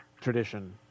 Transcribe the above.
tradition